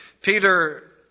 Peter